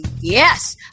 yes